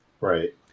Right